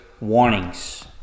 warnings